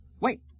Wait